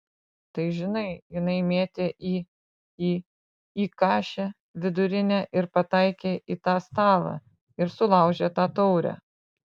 tai žinai jinai mėtė į į į kašę vidurinę ir pataikė į tą stalą ir sulaužė tą taurę